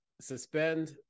suspend